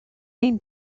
mean